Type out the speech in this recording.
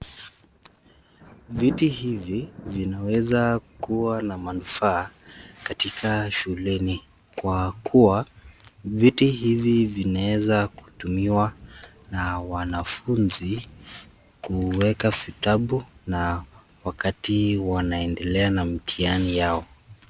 Viti hivi vinaweza kuwa na manufaa katika shuleni kwa kuwa. Viti hivi vinaeza kutumiwa na wanafunzi kuweka vitabu na wakati wanaendelea na mtihani yao.